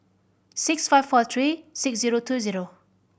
six five four three six zero two zero